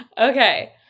okay